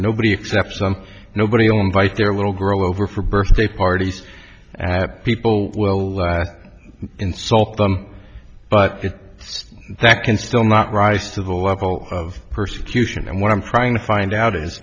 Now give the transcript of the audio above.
nobody except some nobody will invite their little girl over for birthday parties and have people will laugh insult them but that can still not rise to the level of persecution and what i'm trying to find out is